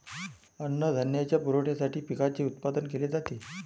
अन्नधान्याच्या पुरवठ्यासाठी पिकांचे उत्पादन केले जाते